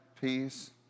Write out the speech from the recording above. peace